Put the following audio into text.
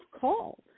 call